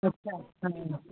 अच्छा